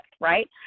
right